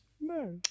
No